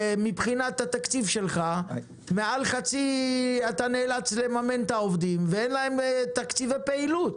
מעל חצי התקציב שלך אתה נאלץ לממן את העובדים ולהם אין תקציבי פעילות.